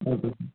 okay sir